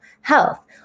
health